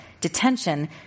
detention